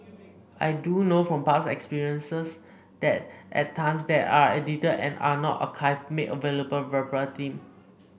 I do know from past experience that at times they are edited and are not archived and made available verbatim